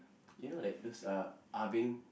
you know like those uh ah-beng